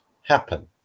happen